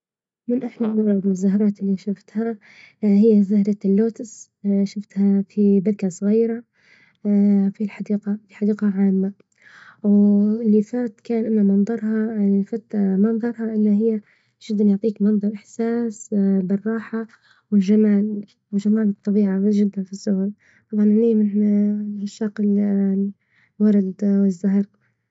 من أحلى الورود والزهرات اللي شفتها هي زهرة اللوتس شفتها في بركة صغيرة في الحديقة في حديقة عامة، واللي فات كان إنه منظرها فات منظرها إن هي جدا يعطيك منظر إحساس بالراحة والجمال وجمال الطبيعة واجد طبعا وأني من عشاق الورد والزهر.